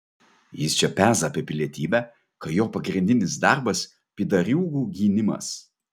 jis čia peza apie pilietybę kai jo pagrindinis darbas pydariūgų gynimas